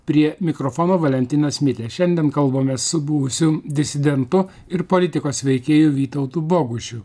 prie mikrofono valentinas mitė šiandien kalbamės su buvusiu disidentu ir politikos veikėju vytautu bogušiu